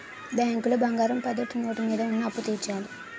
బ్యాంకులో బంగారం పద్ధతి నోటు మీద ఉన్న అప్పు తీర్చాలి